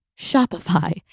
Shopify